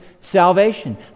salvation